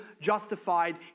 justified